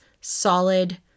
solid